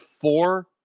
four